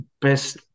Best